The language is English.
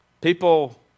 people